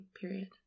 period